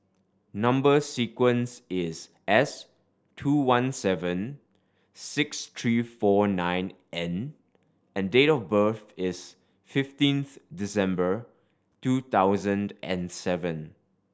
number sequence is S two one seven six three four nine N and date of birth is fifteenth December two thousand and seven